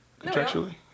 contractually